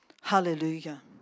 Hallelujah